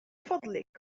فضلك